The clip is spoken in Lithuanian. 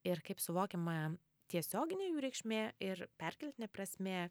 ir kaip suvokiama tiesioginė jų reikšmė ir perkeltinė prasmė